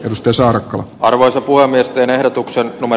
edustus on arvoisa puhemies teen ehdotuksen oma